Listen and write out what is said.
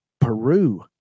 Peru